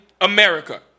America